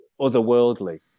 otherworldly